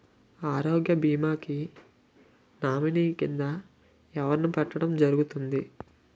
ఆరోగ్య భీమా కి నామినీ కిందా ఎవరిని పెట్టడం జరుగతుంది?